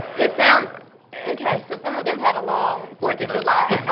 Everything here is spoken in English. it sounds okay. so some of them had a long fourth of july.